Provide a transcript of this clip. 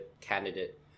candidate